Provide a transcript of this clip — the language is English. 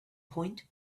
point